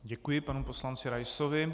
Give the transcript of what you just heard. Děkuji panu poslanci Raisovi.